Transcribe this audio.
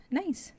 nice